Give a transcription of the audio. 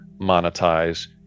monetize